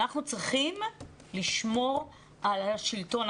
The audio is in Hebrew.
אנחנו צריכים לשמור על השלטון.